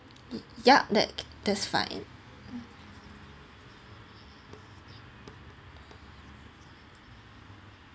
ya that that's fine